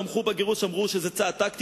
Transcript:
כשהם תמכו בגירוש הם אמרו שזה צעד טקטי,